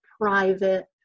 private